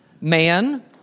Man